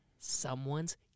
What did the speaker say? someone's